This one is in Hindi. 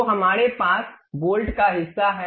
तो हमारे पास बोल्ट का हिस्सा है